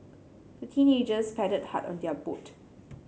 the teenagers paddled hard on their boat